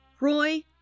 Roy